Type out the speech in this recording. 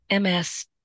MS